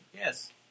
Yes